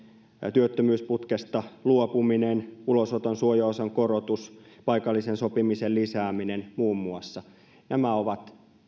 työttömyysputkesta luopuminen ulosoton suojaosan korotus ja paikallisen sopimisen lisääminen nämä ovat